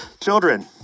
children